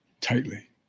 tightly